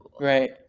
right